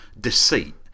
deceit